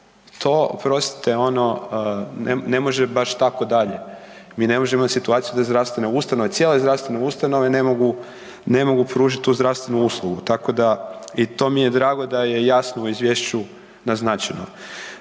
To oprostite ono ne može baš tako dalje. Mi ne možemo imati situaciju da zdravstvene ustanove, cijele zdravstvene ustanove ne mogu pružiti tu zdravstvenu uslugu, tako da i to mi je drago da je jasno u izvješću naznačeno.